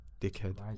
Dickhead